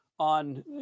on